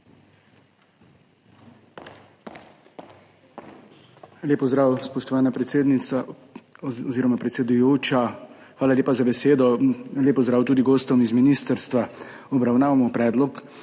Lep pozdrav, spoštovana predsedujoča, hvala lepa za besedo. Lep pozdrav tudi gostom z ministrstva! Obravnavamo Predlog